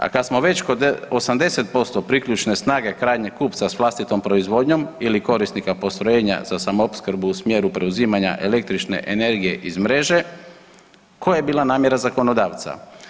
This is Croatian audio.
A kad smo već kod 80% priključne snage krajnjeg kupca s vlastitom proizvodnjom ili korisnika postrojenja za samoopskrbu u smjeru preuzimanja električne energije iz mreže koja je bila namjera zakonodavca?